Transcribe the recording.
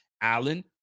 Allen